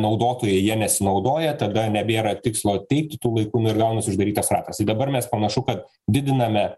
naudotojai ja nesinaudoja tada nebėra tikslo teikti tų laikų nu ir gaunasi uždarytas ratas tai dabar mes panašu kad didiname